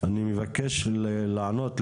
אני מבקש לענות,